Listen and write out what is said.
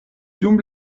dum